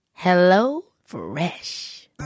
HelloFresh